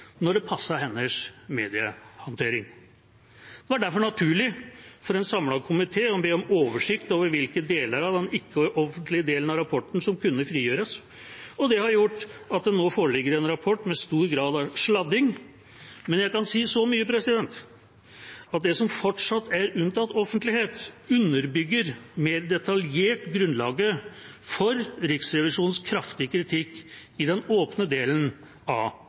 når det passet hennes mediehåndtering. Det var derfor naturlig for en samlet komité å be om oversikt over hvilke deler av den ikke-offentlige delen av rapporten som kunne frigjøres. Det har gjort at det nå foreligger en rapport med stor grad av sladding. Men jeg kan si så mye som at det som fortsatt er unntatt offentlighet, underbygger mer detaljert grunnlaget for Riksrevisjonens kraftige kritikk i den åpne delen av